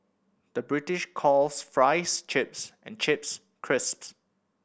the British calls fries chips and chips crisps